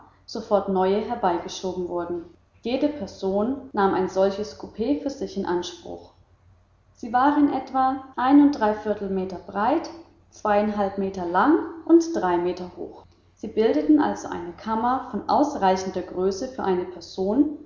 sofort neue herbeigeschoben wurden jede person nahm ein solches coup für sich in anspruch sie waren etwa einundeinviertel meter breit zweieinhalb meter lang und drei meter hoch sie bildeten also eine kammer von ausreichender größe für eine person